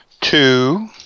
two